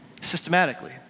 systematically